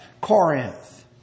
Corinth